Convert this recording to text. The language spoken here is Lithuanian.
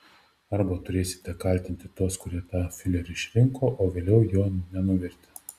arba turėsite kaltinti tuos kurie tą fiurerį išrinko o vėliau jo nenuvertė